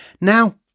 Now